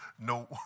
no